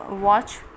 watch